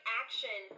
action